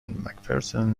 mcpherson